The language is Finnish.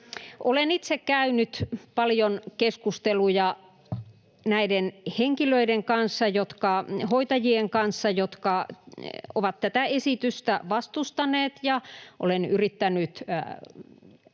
Olen itse käynyt paljon keskusteluja näiden hoitajien kanssa, jotka ovat tätä esitystä vastustaneet, ja olen yrittänyt